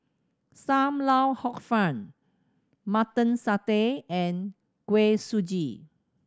Sam Lau Hor Fun Mutton Satay and Kuih Suji